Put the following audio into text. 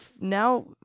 now